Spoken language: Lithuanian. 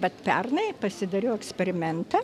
vat pernai pasidariau eksperimentą